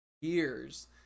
years